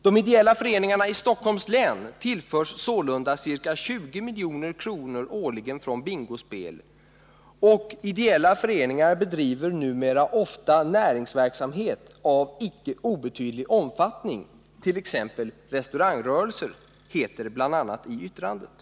De ideella föreningarna i Stockholms län tillförs sålunda ca 14 november 1979 20 milj.kr. årligen från bingospel, och ideella föreningar bedriver numera ofta näringsverksamhet av icke obetydlig omfattning, t.ex. restaurangrörelse, , Ramlagstiftning heter det bl.a. i yttrandet.